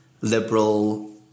liberal